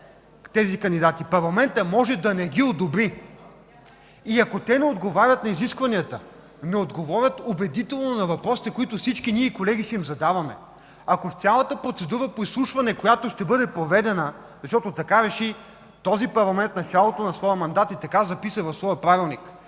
тези кандидати. Парламентът може да не ги одобри. Ако те не отговарят на изискванията, ако не отговорят убедително на всички въпроси, които, колеги, всички ние ще им задаваме, ако в цялата процедура по изслушване, която ще бъде проведена – така реши този парламент в началото на своя мандат и записа в своя Правилник,